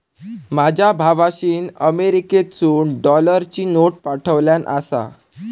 माझ्या भावाशीन अमेरिकेतसून डॉलरची नोट पाठवल्यान आसा